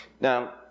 Now